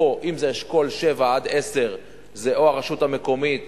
לאשכול 7 10 הרשות המקומית,